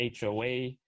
HOA